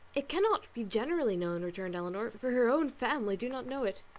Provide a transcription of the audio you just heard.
it cannot be generally known, returned elinor, for her own family do not know it.